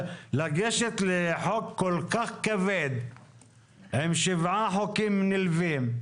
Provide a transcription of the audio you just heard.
לגשת לחוק כל כך כבד עם שבעה חוקים נלווים,